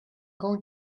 going